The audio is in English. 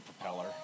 propeller